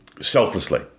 selflessly